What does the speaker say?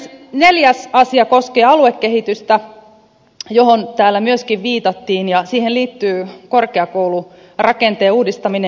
neljäs asia koskee aluekehitystä johon täällä myöskin viitattiin ja siihen liittyy korkeakoulurakenteen uudistaminen